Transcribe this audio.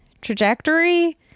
trajectory